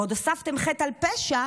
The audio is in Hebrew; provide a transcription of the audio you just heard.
ועוד הוספתם חטא על פשע,